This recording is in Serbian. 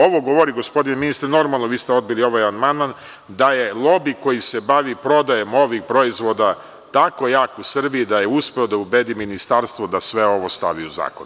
Ovo govori gospodine ministre, normalno, vi ste odbili ovaj amandman, da je lobi koji se bavi prodajom ovih proizvoda tako jak u Srbiji da je uspeo da ubedi Ministarstvo da sve ovo stavi u zakon.